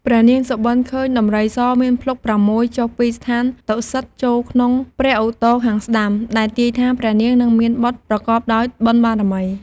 ព្រះនាងសុបិនឃើញដំរីសមានភ្លុក ៦ ចុះពីស្ថានតុសិតចូលក្នុងព្រះឧទរខាងស្តាំ ដែលទាយថាព្រះនាងនឹងមានបុត្រប្រកបដោយបុណ្យបារមី។